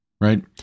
right